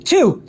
Two